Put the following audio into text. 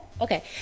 okay